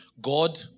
God